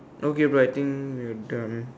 okay but I think we're done